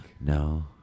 No